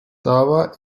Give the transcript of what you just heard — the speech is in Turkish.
dava